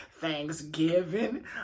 Thanksgiving